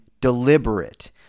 deliberate